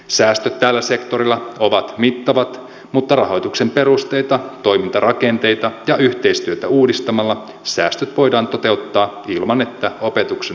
säästöt tällä sektorilla ovat mittavat mutta rahoituksen perusteita toimintarakenteita ja yhteistyötä uudistamalla säästöt voidaan toteuttaa ilman että opetuksen laatu heikkenee